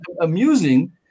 amusing